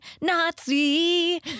Nazi